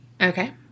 Okay